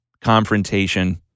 confrontation